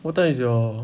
what time is your